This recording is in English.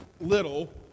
little